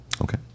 Okay